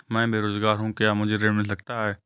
मैं बेरोजगार हूँ क्या मुझे ऋण मिल सकता है?